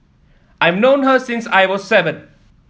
I've known her since I was seven